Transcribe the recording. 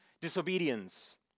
disobedience